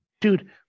Dude